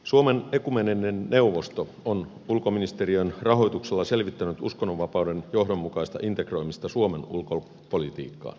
suomen ekumeeninen neuvosto on ulkoministeriön rahoituksella selvittänyt uskonnonvapauden johdonmukaista integroimista suomen ulkopolitiikkaan